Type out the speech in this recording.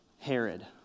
Herod